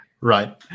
Right